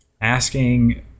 asking